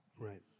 Right